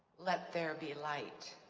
let there be light.